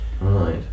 Right